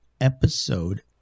episode